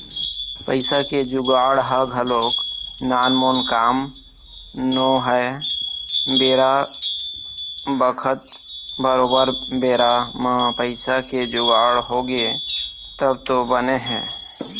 पइसा के जुगाड़ ह घलोक नानमुन काम नोहय बेरा बखत बरोबर बेरा म पइसा के जुगाड़ होगे तब तो बने हे